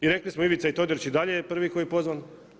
I rekli smo Ivica Todorić i dalje je prvi koji je pozvan.